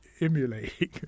emulating